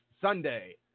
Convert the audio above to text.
Sunday